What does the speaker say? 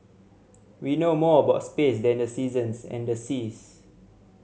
we know more about space than the seasons and the seas